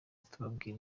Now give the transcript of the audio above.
tubabwira